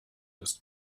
ist